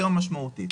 יותר משמעותית.